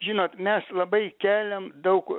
žinot mes labai keliam daug